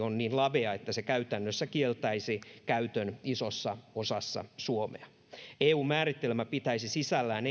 on niin lavea että se käytännössä kieltäisi käytön isossa osassa suomea eu määritelmä ei pitäisi sisällään